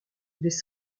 des